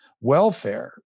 welfare